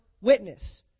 witness